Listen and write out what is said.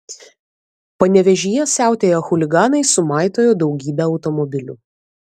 panevėžyje siautėję chuliganai sumaitojo daugybę automobilių